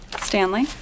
Stanley